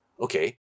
Okay